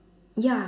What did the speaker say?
ya